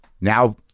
Now